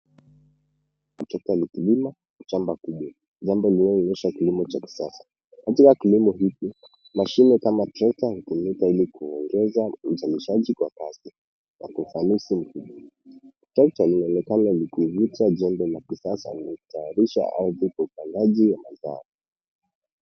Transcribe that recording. Trekta likilima katika shamba kubwa, jambo linaloonyesha kilimo cha kisasa. Katika kilimo hiki, mashine kama trekta hutumika hili kuongeza uzalishaji kwa kasi na kwa ufanisi mkubwa. Trekta linaonekana likivuta jembe la kisasa likitayarisha kwa ajili ya upandaji wa mazao.